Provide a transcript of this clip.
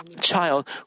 child